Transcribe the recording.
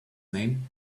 name